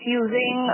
using